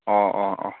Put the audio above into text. ꯑꯣ ꯑꯣ ꯑꯣ